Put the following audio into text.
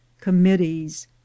committees